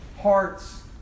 hearts